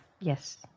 Yes